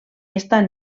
estan